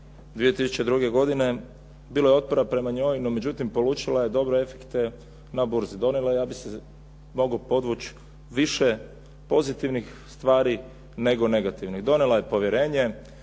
2002. godine bilo je otpora prema njoj, no međutim polučila je dobre efekte na burzi. Donijela ja bih mogao podvući više pozitivnih stvari, nego negativnih. Donijela je povjerenje,